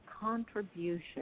contribution